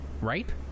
right